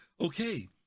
Okay